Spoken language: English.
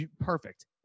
perfect